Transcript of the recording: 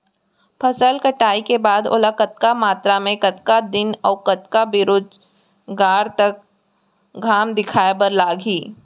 फसल कटाई के बाद ओला कतका मात्रा मे, कतका दिन अऊ कतका बेरोजगार तक घाम दिखाए बर लागही?